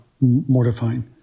mortifying